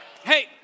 Hey